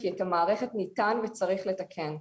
כי את המערכת ניתן וצריך לתקן.